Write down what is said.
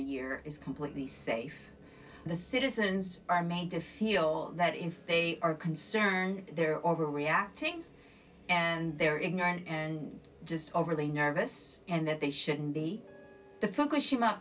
a year is completely safe the citizens are made to feel that if they are concerned they're overreacting and they're ignorant and just overly nervous and that they shouldn't be